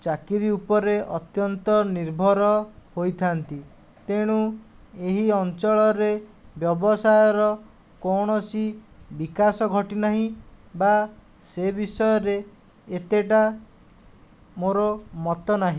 ଚାକିରୀ ଉପରେ ଅତ୍ୟନ୍ତ ନିର୍ଭର ହୋଇଥାନ୍ତି ତେଣୁ ଏହି ଅଞ୍ଚଳରେ ବ୍ୟବସାୟର କୌଣସି ବିକାଶ ଘଟି ନାହିଁ ବା ସେ ବିଷୟରେ ଏତେଟା ମୋର ମତ ନାହିଁ